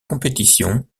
compétition